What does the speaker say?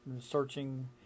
searching